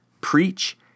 preach